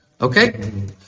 Okay